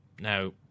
Now